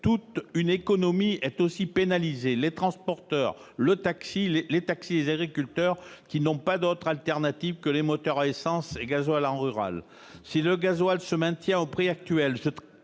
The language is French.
Toute une économie est aussi pénalisée : les transporteurs, les taxis, les agriculteurs, qui n'ont pas d'autre solution que les moteurs à essence et gazole en milieu rural. Si le gazole se maintient au prix actuel,